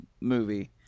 movie